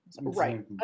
Right